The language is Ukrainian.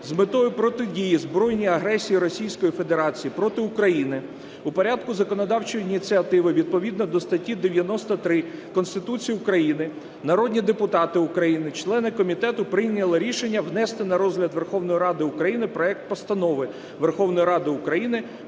з метою протидії збройній агресії Російської Федерації проти України, у порядку законодавчої ініціативи відповідно до статті 93 Конституції України, народні депутати України члени комітету прийняли рішення внести на розгляд Верховної Ради України проект Постанови Верховної Ради України